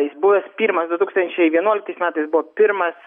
jis buvęs pirmas du tūkstančiai vienuoliktais metais buvo pirmas